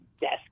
desk